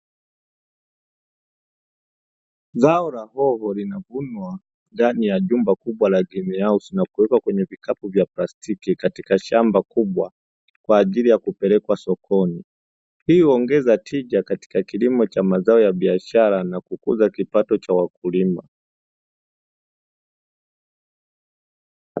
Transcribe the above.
Zao la hoho linavunwa ndani ya jumba kubwa la "green house" na kuwekwa kwenye vikapu vya plastiki katika shamba kubwa, kwa ajili ya kupelekwa sokoni. Hii huongeza tija katika kilimo cha mazao ya biashara na kukuza kipato Cha wakulima.